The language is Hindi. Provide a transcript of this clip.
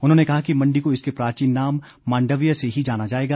उन्होंने कहा कि मंडी को इसके प्राचीन नाम मांडव्य से ही जाना जाएगा